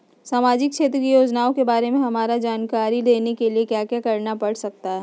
सामाजिक क्षेत्र की योजनाओं के बारे में हमरा जानकारी देने के लिए क्या क्या करना पड़ सकता है?